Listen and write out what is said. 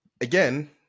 Again